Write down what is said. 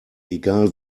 egal